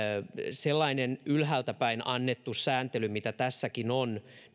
sellainen ylhäältäpäin annettu sääntely mitä tässäkin on